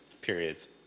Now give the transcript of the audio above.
Periods